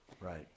Right